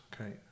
Okay